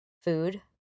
food